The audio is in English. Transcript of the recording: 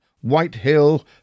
Whitehill